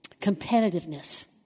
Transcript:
competitiveness